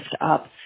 up